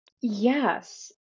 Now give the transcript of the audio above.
Yes